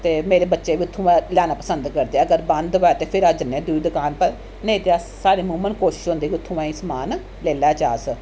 ते मेरे बच्चे बी उत्थूं गै लैना पसंद करदे अगर बंद होऐ ते फिर अस जन्ने आं दूई दकान पर नेईं ते अस साढ़ी अमूमन कोशिश होंदी कि उत्थूं दा गै समान लेई लेचै अस